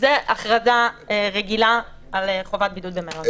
זה הכרזה רגילה על חובת בידוד במלונות.